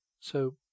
So